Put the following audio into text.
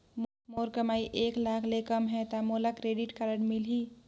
मोर कमाई एक लाख ले कम है ता मोला क्रेडिट कारड मिल ही?